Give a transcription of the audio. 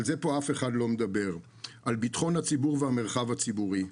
ועל זה אף אחד לא מדבר פה על ביטחון הציבור והמרחב הציבורי.